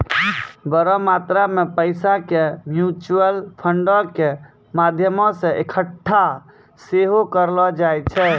बड़ो मात्रा मे पैसा के म्यूचुअल फंडो के माध्यमो से एक्कठा सेहो करलो जाय छै